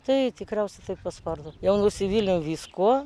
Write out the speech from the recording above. taip tikriausiai taip paspardo jau nusivyliau viskuo